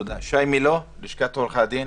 אני מלשכת עורכי הדין.